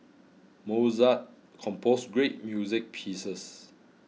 Mozart composed great music pieces